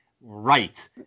Right